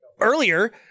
earlier